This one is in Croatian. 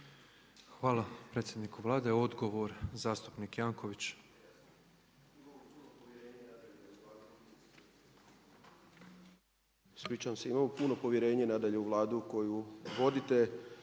Hvala predsjedniku Vlade. Odgovor zastupnik Janković.